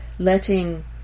Letting